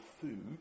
food